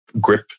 grip